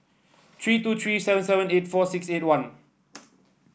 three two three seven seven eight four six eight one